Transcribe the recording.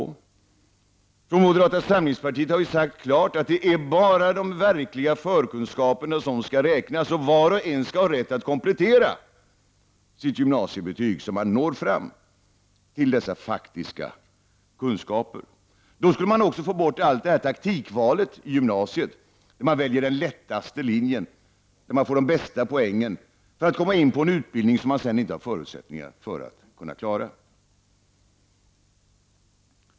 Vi har i moderata samlingspartiet klart sagt ifrån att det bara är de verkliga förkunskaperna som skall räknas och att var och en skall ha rätt att komplettera sitt gymnasiebetyg så att man når fram till dessa faktiska kunskaper. Då skulle man också få bort taktikvalet i gymnasiet, där man väljer den lättaste linjen för att få de bästa poängen, men kanske då kommer in på en utbildning som man sedan inte har förutsättningar för att klara av.